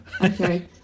okay